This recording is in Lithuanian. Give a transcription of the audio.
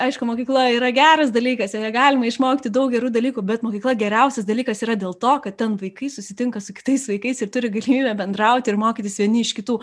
aišku mokykla yra geras dalykas joje galima išmokti daug gerų dalykų bet mokykla geriausias dalykas yra dėl to kad ten vaikai susitinka su kitais vaikais ir turi galimybę bendrauti ir mokytis vieni iš kitų